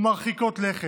או מרחיקות לכת.